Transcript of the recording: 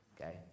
okay